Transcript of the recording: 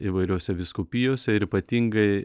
įvairiose vyskupijose ir ypatingai